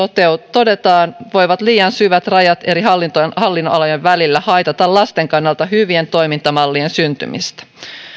todetaan voivat liian syvät rajat eri hallinnonalojen hallinnonalojen välillä haitata lasten kannalta hyvien toimintamallien syntymistä